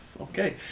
okay